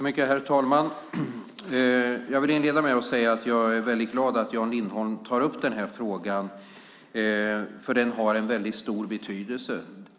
Herr talman! Jag vill inleda med att säga att jag är väldigt glad att Jan Lindholm tar upp frågan eftersom den har en stor betydelse.